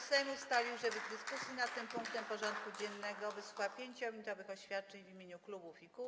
Sejm ustalił, że w dyskusji nad tym punktem porządku dziennego wysłucha 5-minutowych oświadczeń w imieniu klubów i kół.